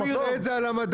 הוא יראה את זה על המדף.